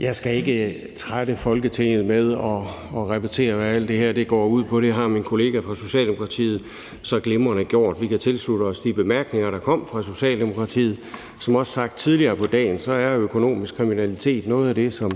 Jeg skal ikke trætte Folketinget med at repetere, hvad alt det her går ud på; det har min kollega fra Socialdemokratiet så glimrende gjort. Vi kan tilslutte os de bemærkninger, der kom fra Socialdemokratiet. Som det også er sagt tidligere på dagen, er økonomisk kriminalitet noget af det, som